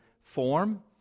form